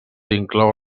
inclou